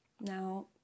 Now